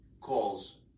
calls